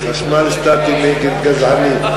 חשמל סטטי נגד גזענים.